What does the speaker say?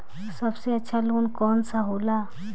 सबसे अच्छा लोन कौन सा होला?